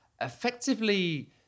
effectively